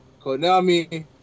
Konami